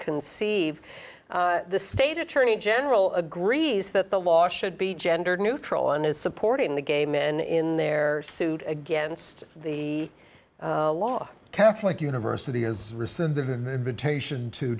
conceive the state attorney general agrees that the law should be gender neutral and is supporting the gay men in their suit against the law catholic university is